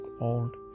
old